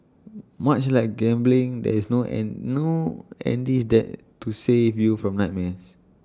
much like gambling there's no and no Andy's Dad to save you from nightmares